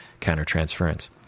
countertransference